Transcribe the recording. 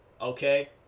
okay